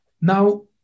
Now